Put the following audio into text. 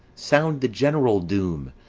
sound the general doom!